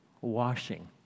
washing